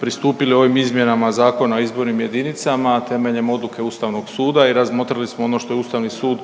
pristupili ovim izmjenama Zakona o izbornim jedinicama temeljem odluke ustavnog suda i razmotrili smo ono što je ustavni sud